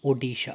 Odisha